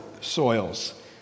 soils